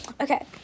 okay